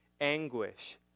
anguish